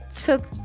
took